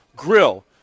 grill